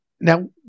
now